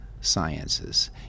sciences